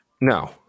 No